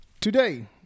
Today